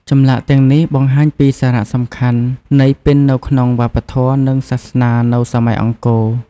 ចម្លាក់ទាំងនេះបង្ហាញពីសារៈសំខាន់នៃពិណនៅក្នុងវប្បធម៌ និងសាសនានៅសម័យអង្គរ។